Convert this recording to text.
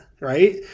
Right